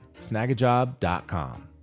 snagajob.com